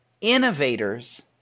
Innovators